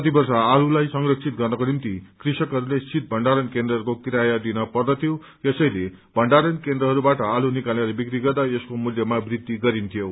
प्रति वर्ष आलूलाई संरक्षित गर्नको निम्ति कृषकहस्ले श्रीत भण्डारण केन्द्रहस्को किराया दिन पर्दथ्यो यसैले भण्डारण केन्द्रहरूबाट आलू निकालेर बिक्री गर्दा यसको मूल्यमा वछि गरिन्थ्यो